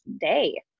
day